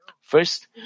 First